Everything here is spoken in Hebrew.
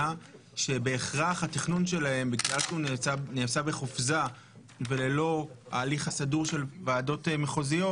שמכיוון שהתכנון שלהן נעשה בחופזה תוך דילוג על ועדות מחוזיות.